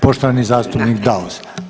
Poštovani zastupnik Daus.